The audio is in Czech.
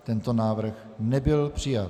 Tento návrh nebyl přijat.